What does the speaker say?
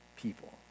people